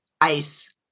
ice